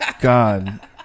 God